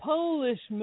Polish